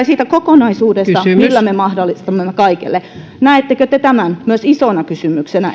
siitä kokonaisuudesta millä me mahdollistamme tämän kaikille näettekö myös te tämän isona kysymyksenä